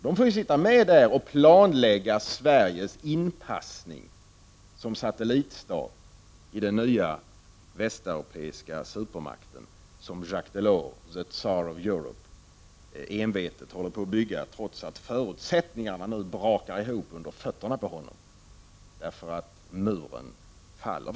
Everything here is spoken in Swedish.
De får ju sitta med där och planlägga Sveriges inpassning som satellitstat i den nya västeuropeiska supermakt som Jacques Delors, the Czar of Europe, envetet håller på att bygga, trots att förutsättningarna nu brakar ihop under fötterna på honom, därför att muren faller.